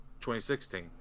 2016